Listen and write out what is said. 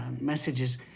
messages